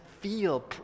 feel